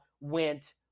went